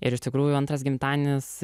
ir iš tikrųjų antras gimtadienis